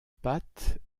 pattes